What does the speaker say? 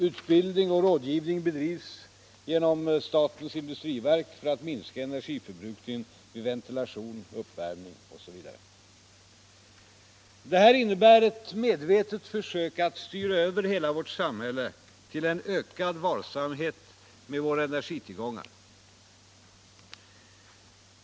Utbildning och rådgivning bedrivs genom statens industriverk för att minska energiförbrukningen vid ventilation, uppvärmning m.m. Detta innebär ett medvetet försök att styra över hela vårt samhälle till en ökad varsamhet med våra energitillgångar.